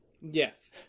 Yes